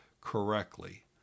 correctly